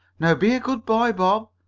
now be a good boy, bob,